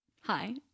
Hi